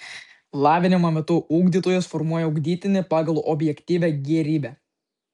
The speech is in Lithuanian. lavinimo metu ugdytojas formuoja ugdytinį pagal objektyvią gėrybę